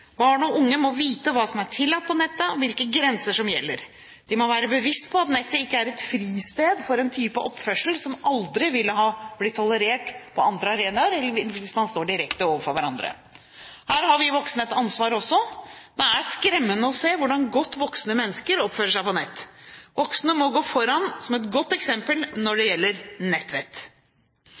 Barn og unge må vite hva som er tillatt på nettet, og hvilke grenser som gjelder. De må være seg bevisst at nettet ikke er et fristed for en type oppførsel som aldri ville ha blitt tolerert på andre arenaer eller hvis man sto direkte overfor hverandre. Her har vi voksne et ansvar også. Det er skremmende å se hvordan godt voksne mennesker oppfører seg på nettet. Voksne må gå foran med et godt eksempel når det gjelder nettvett.